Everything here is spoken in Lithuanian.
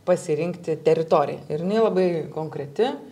pasirinkti teritoriją ir jinai labai konkreti